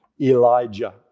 Elijah